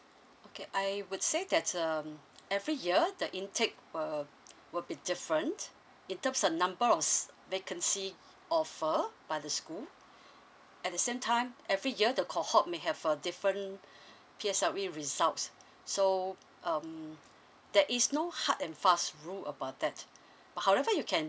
okay I would say that um every year the intake will will be different in terms of number of s~ vacancy offer by the school at the same time every year the cohort may have a different P_S_L_E results so um there is no hard and fast rule about that but however you can